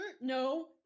No